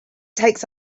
takes